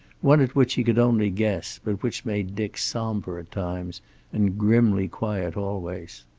one at which he could only guess, but which made dick somber at times and grimly quiet always.